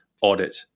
audit